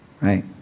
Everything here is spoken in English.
right